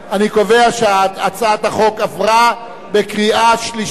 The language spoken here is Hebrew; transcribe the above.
אני קובע שהצעת החוק עברה בקריאה שלישית,